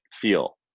feel